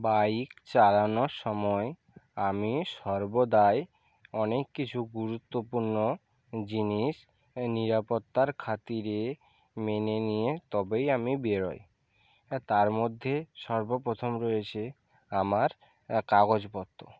bike চালানোর সময় আমি সর্বদাই অনেক কিছু গুরুত্বপূর্ণ জিনিস নিরাপত্তার খাতিরে মেনে নিয়ে তবেই আমি বেরোই হ্যাঁ তার মধ্যে সর্বপ্রথম রয়েছে আমার কাগজপত্র